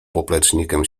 poplecznikiem